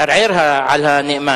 ערער על הנאמן.